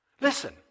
Listen